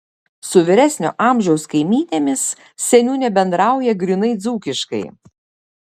su vyresnio amžiaus kaimynėmis seniūnė bendrauja grynai dzūkiškai